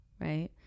right